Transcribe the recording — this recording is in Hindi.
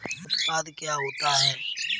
उत्पाद क्या होता है?